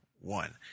one